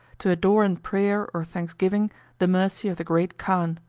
to adore in prayer or thanksgiving the mercy of the great khan.